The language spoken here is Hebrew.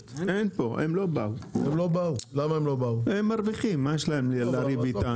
הם מרוויחים, מה יש להם לריב איתנו?